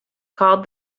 called